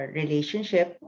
relationship